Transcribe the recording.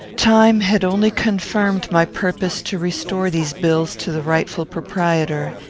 time had only confirmed my purpose to restore these bills to the rightful proprietor,